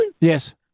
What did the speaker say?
Yes